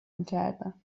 میکردن